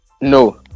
No